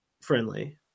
friendly